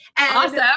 Awesome